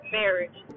marriage